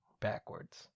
backwards